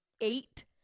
Eight